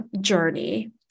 journey